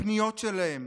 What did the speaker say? לפניות שלהם.